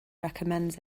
recommends